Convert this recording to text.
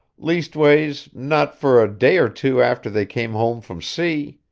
leastways, not for a day or two after they came home from sea.